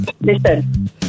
Listen